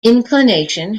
inclination